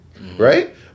right